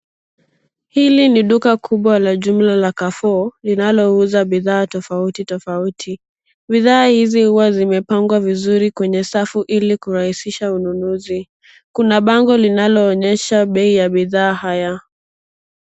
Hili ni duka kubwa la jumla la Carrefour linalouza bidhaa tofauti, tofauti. Bidhaa hizi huwa zimepangwa vizuri kwenye safu ili kurahisisha ununuzi. Kuna banglo linaloonyesha bei ya bidhaa haya.